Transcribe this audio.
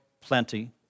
plenty